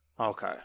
Okay